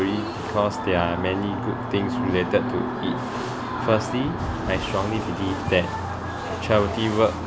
because there are many good things related to it firstly I strongly believe that charity work